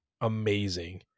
amazing